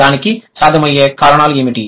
దానికి సాధ్యమయ్యే కారణాలు ఏమిటి